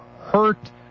hurt